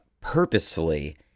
purposefully